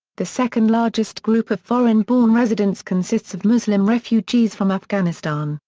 the second-largest group of foreign-born residents consists of muslim refugees from afghanistan,